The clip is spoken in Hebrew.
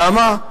למה?